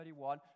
31